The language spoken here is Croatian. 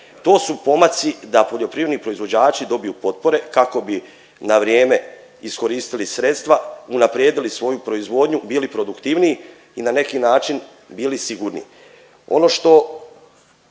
To su pomaci da poljoprivredni proizvođači dobiju potpore kako bi na vrijeme iskoristili sredstva, unaprijedili svoju proizvodnju, bili produktivniji i na neki način bili sigurni.